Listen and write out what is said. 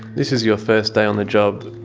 this is your first day on the job,